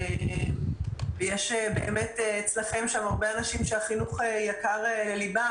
יש אצלכם הרבה אנשים שהחינוך יקר לליבם.